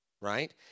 right